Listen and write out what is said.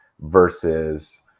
versus